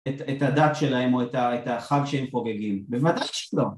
את הדת שלהם או את החג שהם חוגגים, בוודאי שלא